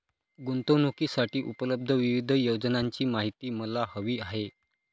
गुंतवणूकीसाठी उपलब्ध विविध योजनांची माहिती मला हवी आहे